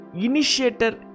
Initiator